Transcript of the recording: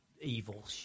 evil